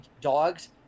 dogs